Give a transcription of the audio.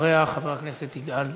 ואחריה, חבר הכנסת יגאל גואטה.